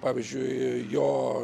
pavyzdžiui jo